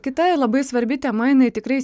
kita labai svarbi tema jinai tikrai